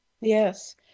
Yes